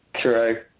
True